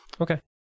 Okay